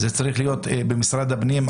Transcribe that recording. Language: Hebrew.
זה צריך להיות במשרד הפנים,